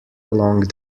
along